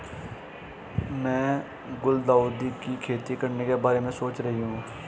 मैं गुलदाउदी की खेती करने के बारे में सोच रही हूं